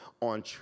on